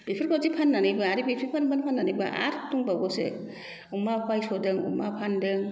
बेफोरबायदि फाननानैबो बेफोरबायदि फाननानैबो आरो दंबावोसो अमा बायस'दों अमा फानदों